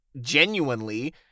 genuinely